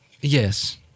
Yes